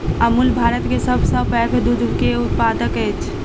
अमूल भारत के सभ सॅ पैघ दूध के उत्पादक अछि